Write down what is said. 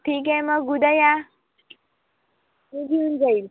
ठीक आहे मग उद्या या मी घेऊन जाईन